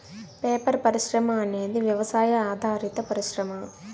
paper పరిశ్రమ అనేది వ్యవసాయ ఆధారిత పరిశ్రమ